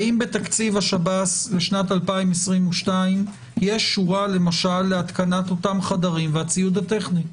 האם בתקציב השב"ס ל-2022 יש שורה למשל להתקנת אותם חדרים והציוד הטכני?